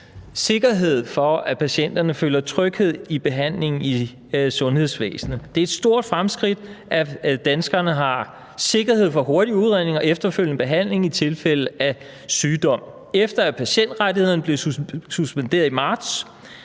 sikkerhed, så patienterne kan føle tryghed i behandlingen i sundhedsvæsenet. Det er et stort fremskridt, at danskerne har sikkerhed for hurtig udredning og efterfølgende behandling i tilfælde af sygdom. Efter at patientrettighederne blev suspenderet i marts,